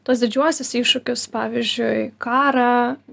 tuos didžiuosius iššūkius pavyzdžiui karą